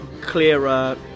clearer